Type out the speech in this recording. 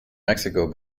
mexico